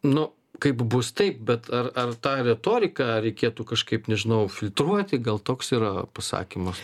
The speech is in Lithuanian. nu kaip bus taip bet ar ar tą retoriką reikėtų kažkaip nežinau filtruoti gal toks yra pasakymas